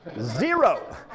Zero